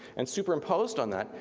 and superimposed on that,